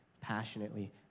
passionately